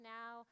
now